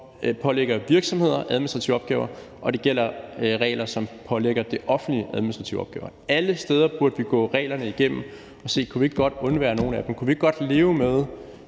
pålægger virksomheder administrative opgaver; og det gælder regler, som pålægger det offentlige administrative opgaver. Alle steder burde vi gå reglerne igennem og se: Kunne vi godt undvære nogle af dem? Kunne vi ikke godt leve med,